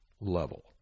level